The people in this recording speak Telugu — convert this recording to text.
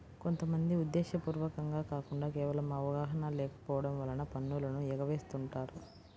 కొంత మంది ఉద్దేశ్యపూర్వకంగా కాకుండా కేవలం అవగాహన లేకపోవడం వలన పన్నులను ఎగవేస్తుంటారు